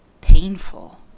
Painful